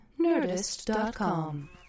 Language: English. Nerdist.com